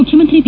ಮುಖ್ಯಮಂತ್ರಿ ಬಿ